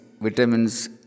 vitamins